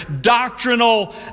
doctrinal